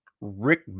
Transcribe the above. Rick